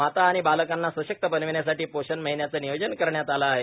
माता आणि बालकांना सशक्त बनविण्यासाठी पोषण महिन्याचे नियोजन करण्यात आले आहे